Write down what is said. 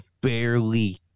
barely